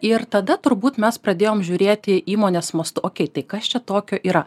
ir tada turbūt mes pradėjom žiūrėti įmonės mastu okei tai kas čia tokio yra